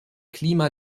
klima